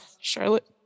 charlotte